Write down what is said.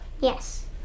yes